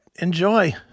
Enjoy